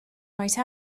white